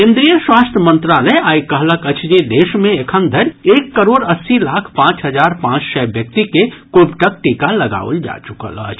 केन्द्रीय स्वास्थ्य मंत्रालय आइ कहलक अछि जे देश मे एखन धरि एक करोड़ अस्सी लाख पांच हजार पांच सय व्यक्ति के कोविडक टीका लगाओल जा चुकल अछि